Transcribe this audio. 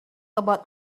about